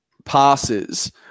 passes